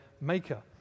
Maker